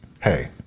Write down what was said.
hey